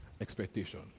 Expectation